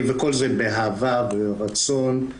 וכל זה באהבה וברצון.